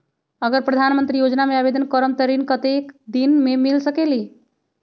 अगर प्रधानमंत्री योजना में आवेदन करम त ऋण कतेक दिन मे मिल सकेली?